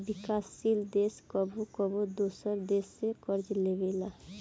विकासशील देश कबो कबो दोसरा देश से कर्ज लेबेला